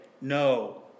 no